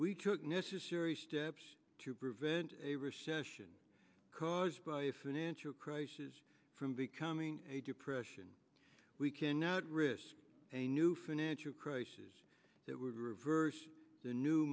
we took necessary steps to prevent a recession caused by a financial crisis from becoming a depression we cannot risk a new financial crisis that would reverse the new